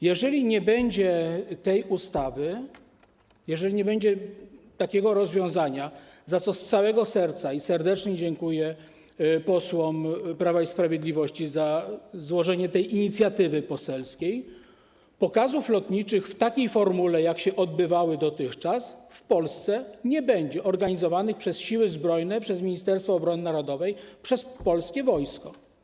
Jeżeli nie będzie tej ustawy, jeżeli nie będzie takiego rozwiązania - z całego serca i serdecznie dziękuję posłom Prawa i Sprawiedliwości za złożenie tej inicjatywy poselskiej - pokazów lotniczych w takiej formule, w jakiej odbywały się dotychczas, nie będzie w Polsce organizowanych przez Siły Zbrojne, przez Ministerstwo Obrony Narodowej, przez polskie wojsko.